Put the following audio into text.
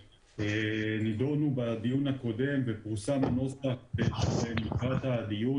שנדונו בדיון הקודם ופורסם הנוסח לקראת הדיון,